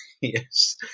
Yes